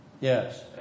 Yes